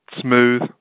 smooth